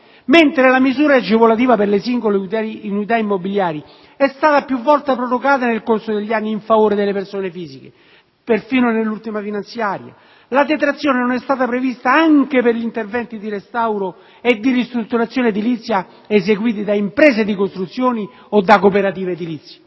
mentre la misura agevolativa per le singole unità immobiliari è stata più volte prorogata nel corso degli anni in favore delle persone fisiche, perfino nell'ultima finanziaria. La detrazione non è stata prevista anche per gli interventi di restauro e di ristrutturazione edilizia eseguiti da imprese di costruzione o da cooperative edilizie.